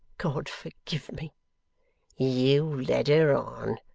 god forgive me you led her on!